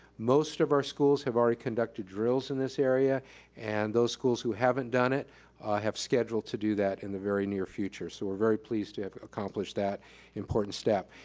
most of our schools have already conducted drills in this area and those schools who haven't done it have scheduled to do that in the very near future. so we're very pleased to have accomplished that important step.